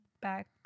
back